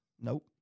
Nope